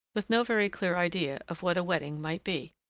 with no very clear idea of what a wedding might be.